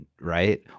right